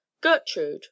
gertrude